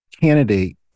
candidate